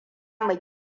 mu